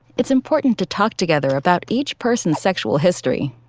it's important to talk together about each person's sexual history.